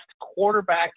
quarterback